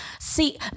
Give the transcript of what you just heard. See